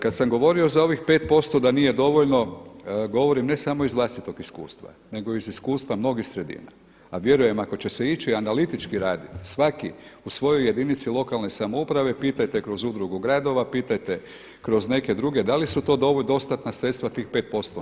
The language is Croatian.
Kad sam govorio za ovih 5 posto da nije dovoljno, govorim ne samo iz vlastitog iskustva nego i iz iskustva mnogih sredina, a vjerujem ako će se ići analitički raditi svaki u svojoj jedinici lokalne samouprave, pitajte kroz udrugu gradova, pitajte kroz neke druge da li su to dostatna sredstva tih 5 posto.